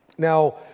Now